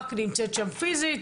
רק נמצאת שם פיזית,